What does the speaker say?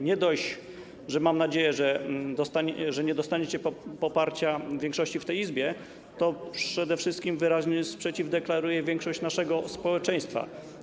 Nie dość, że - mam nadzieję - nie dostaniecie poparcia większości w tej Izbie, to przede wszystkim wyraźny sprzeciw deklaruje większość naszego społeczeństwa.